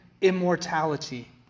immortality